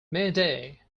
mayday